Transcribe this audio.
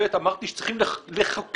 ב', אמרתי שצריכים לחוקק.